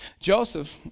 Joseph